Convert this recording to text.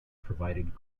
provided